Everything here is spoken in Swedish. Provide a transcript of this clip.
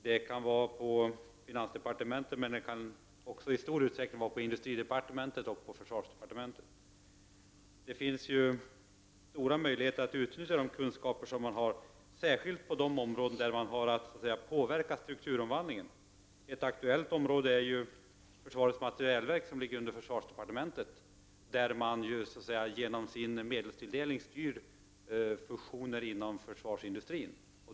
Det kan vara på finansdepartementet men även i stor utsträckning på industridepartementet och på försvarsdepartementet. Det finns stora möjligheter att utnyttja de kunskaper man har, särskilt på de områden där man har att påverka strukturomvandlingen. Ett aktuellt område är försvarets materielverk som ligger under försvarsdepartementet. Försvarets materielverk styr genom sin medelstilldelning fusioner inom försvarsindustrin.